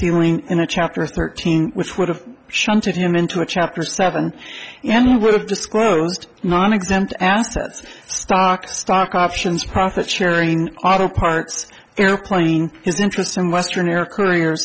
ceiling in a chapter thirteen which would have shunted him into a chapter seven and would have disclosed nonexempt and stock stock options profit sharing auto parts airplane is interest in western air couriers